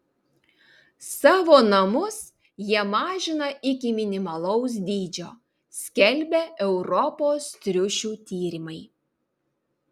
savo namus jie mažina iki minimalaus dydžio skelbia europos triušių tyrimai